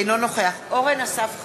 אינו נוכח אורן אסף חזן,